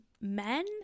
men